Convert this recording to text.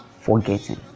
forgetting